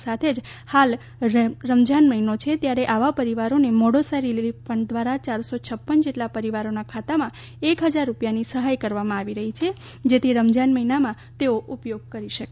આ સાથે જ હાલ રમઝાન મહિનો છે ત્યારે આવા પરિવારોને મોડાસા રીલિફ ફંડ દ્વારા ચાર સો છપ્પન જેટલા પરિવારોના ખાતામાં એક હજાર રૂપિયાની સહાય આપવામાં આવી રહી છે જેથી રમઝાન મહિનામાં તેઓ ઉપયોગ કરી શકે